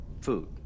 food